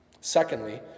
secondly